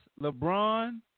LeBron